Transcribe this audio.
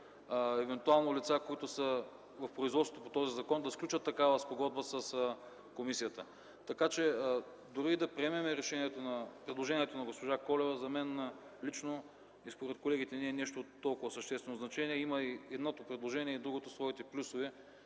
евентуално лица, които са в производството по този закон, да сключат такава спогодба с комисията. Дори да приемем предложението на госпожа Колева, за мен лично и според колегите не е нещо от толкова съществено значение. И едното, и другото предложение имат своите плюсове